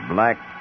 Black